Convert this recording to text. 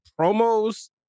promos